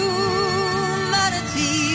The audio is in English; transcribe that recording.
Humanity